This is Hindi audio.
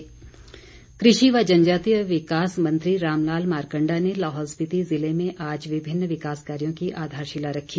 मारकंडा कृषि व जनजातीय विकास मंत्री रामलाल मारकंडा ने लाहौल स्पिति जिले में आज विभिन्न विकास कार्यो की आधारशिला रखी